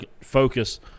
focus